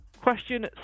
Question